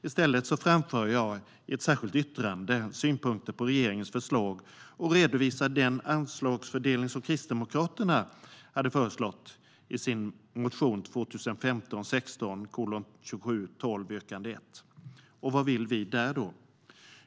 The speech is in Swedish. I stället framför jag i enlighet med ett särskilt yttrande synpunkter på regeringens förslag och redovisar den anslagsfördelning som Kristdemokraterna föreslår i motion 2015/16:2712, yrkande 1. Vad vill vi där?